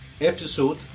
episode